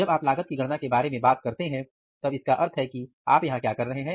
जब आप लागत की गणना के बारे में बात करते हैं तब इसका अर्थ है कि आप यहां क्या कर रहे हैं